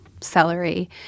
celery